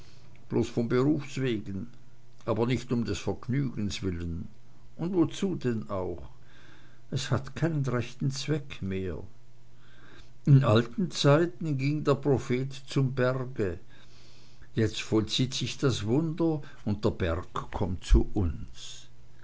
bloß von berufs wegen aber nicht um des vergnügens willen und wozu denn auch es hat keinen rechten zweck mehr in alten zeiten ging der prophet zum berge jetzt vollzieht sich das wunder und der berg kommt zu uns